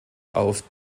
auf